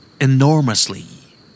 Enormously